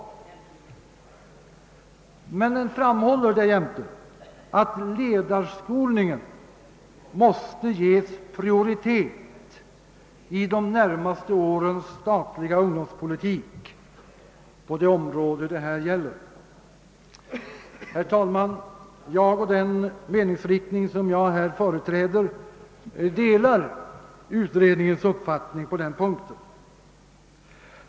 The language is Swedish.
Utredningen framhåller därjämte att 1edarskolningen måste ges prioritet i de närmaste årens statliga ungdomspolitik på detta område. Herr talman! Jag och den meningsriktning som jag här företräder delar utredningens uppfattning på denna punkt.